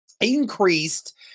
increased